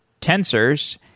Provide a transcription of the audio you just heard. tensors